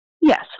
Yes